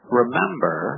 remember